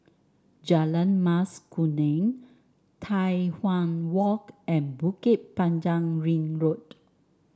Jalan Mas Kuning Tai Hwan Walk and Bukit Panjang Ring Road